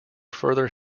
further